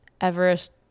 Everest